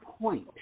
point